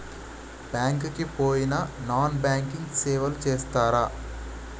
Bank కి పోయిన non banking సేవలు చేస్తరా?